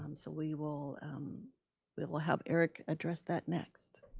um so we will we will have eric address that next.